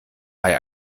bei